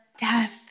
death